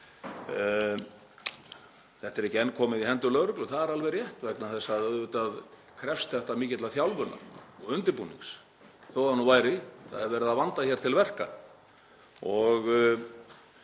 Þetta er ekki enn komið í hendur lögreglu, það er alveg rétt, vegna þess að auðvitað krefst það mikillar þjálfunar og undirbúnings. Þó það nú væri, það er verið að vanda til verka og